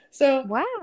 Wow